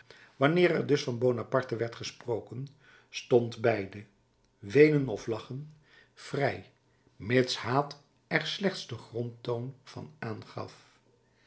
wanneer er dus van bonaparte werd gesproken stond beide weenen of lachen vrij mits haat er slechts den grondtoon van aangaf